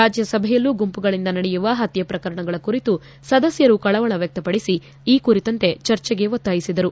ರಾಜ್ಙಸಭೆಯಲ್ಲೂ ಗುಂಪುಗಳಿಂದ ನಡೆಯುವ ಪತ್ತೆ ಪ್ರಕರಣಗಳ ಕುರಿತು ಸದಸ್ದರು ಕಳವಳ ವ್ಯಕ್ತಪಡಿಸಿ ಈ ಕುರಿತಂತೆ ಚರ್ಚೆಗೆ ಒತ್ತಾಯಿಸಿದರು